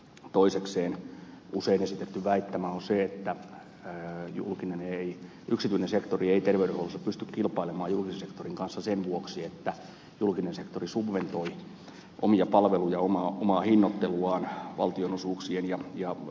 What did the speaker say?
toisekseen usein esitetty väittämä on se että yksityinen sektori ei terveydenhuollossa pysty kilpailemaan julkisen sektorin kanssa sen vuoksi että julkinen sektori subventoi omia palvelujaan omaa hinnoitteluaan valtionosuuksien ja veroeurojen kautta